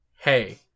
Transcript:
Hey